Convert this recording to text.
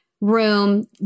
room